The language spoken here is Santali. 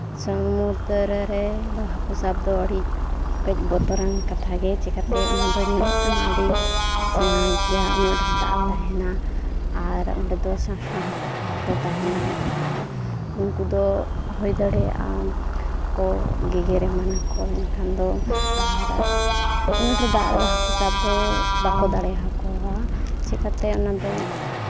ᱥᱚᱢᱩᱫᱨᱩ ᱨᱮᱫᱚ ᱦᱟᱹᱠᱩ ᱥᱟᱵ ᱫᱚ ᱟᱹᱰᱤ ᱠᱟᱹᱡ ᱵᱚᱛᱚᱨᱟᱱ ᱠᱟᱛᱷᱟ ᱜᱮ ᱪᱤᱠᱟᱹᱛᱮ ᱚᱱᱟᱫᱚ ᱧᱮᱞᱚᱜ ᱛᱮᱢᱟ ᱟᱹᱰᱤ ᱥᱮᱬᱟ ᱜᱮᱭᱟ ᱩᱱᱟᱹᱜ ᱰᱷᱮᱨ ᱫᱟᱜ ᱛᱟᱦᱮᱱᱟ ᱟᱨ ᱚᱸᱰᱮ ᱫᱚ ᱥᱮᱬᱟ ᱥᱮᱬᱟ ᱦᱟᱹᱠᱩ ᱠᱚᱦᱚᱸ ᱠᱚ ᱛᱟᱦᱮᱱᱟ ᱟᱨ ᱩᱱᱠᱩ ᱫᱚ ᱦᱩᱭ ᱫᱟᱲᱮᱭᱟᱜᱼᱟ ᱠᱚ ᱜᱮᱜᱮᱨ ᱮᱢᱟᱱᱟᱠᱚ ᱮᱱᱠᱷᱟᱱ ᱫᱚ ᱟᱨ ᱩᱱᱟᱹᱜ ᱰᱷᱮᱨ ᱫᱟᱜ ᱨᱮᱫᱚ ᱦᱟᱹᱠᱩ ᱥᱟᱵ ᱫᱚ ᱵᱟᱠᱚ ᱫᱟᱲᱮᱭᱟᱠᱚᱣᱟ ᱪᱤᱠᱟᱹᱛᱮ ᱚᱱᱟᱫᱚ